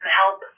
help